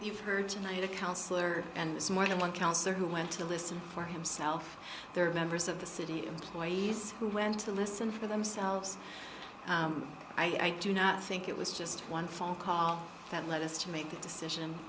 you've heard tonight a counsellor and this morning one counselor who went to listen for himself there are members of the city employees who went to listen for themselves i do not think it was just one phone call that led us to make the decision